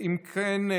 אם כן,